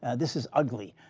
ah this is ugly.